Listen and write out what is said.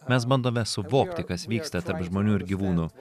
mes bandome suvokti kas vyksta tarp žmonių ir gyvūnų